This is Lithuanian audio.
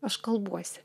aš kalbuosi